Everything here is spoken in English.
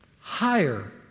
higher